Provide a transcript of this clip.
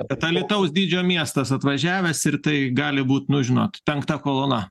bet alytaus dydžio miestas atvažiavęs ir tai gali būt nu žinot penkta kolona